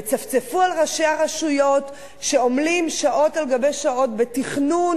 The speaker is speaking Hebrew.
יצפצפו על ראשי הרשויות שעמלים שעות על גבי שעות בתכנון